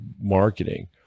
marketing